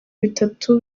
bitatu